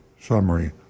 summary